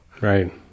right